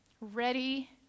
ready